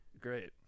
Great